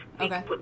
Okay